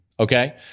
Okay